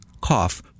cough